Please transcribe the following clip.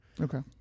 Okay